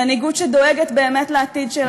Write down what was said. מנהיגות שדואגת באמת לעתיד שלנו.